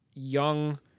young